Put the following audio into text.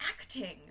acting